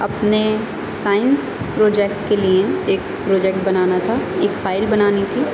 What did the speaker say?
اپنے science project کے لیے ایک پروجیکٹ بنانا تھا ایک فائل بنانی تھی